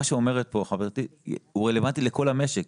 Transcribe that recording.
מה שאומרת כאן חברתי זה רלוונטי לכל המשק.